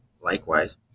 likewise